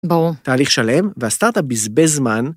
‫בואו. ‫-תהליך שלם והסטארט-אפ בזבז זמן.